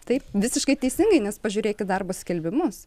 taip visiškai teisingai nes pažiūrėkit darbo skelbimus